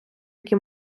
які